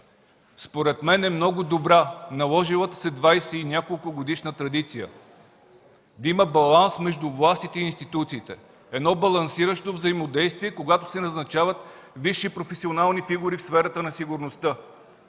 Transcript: Според мен е много добра наложилата се 20 и няколко годишна традиция – да има баланс между властите и институциите, едно балансиращо взаимодействие, когато се назначават висши професионални фигури в сферата на сигурността.